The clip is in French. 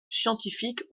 scientifiques